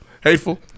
Hateful